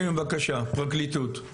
כן, בבקשה, פרקליטות.